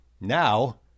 Now